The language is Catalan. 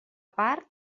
part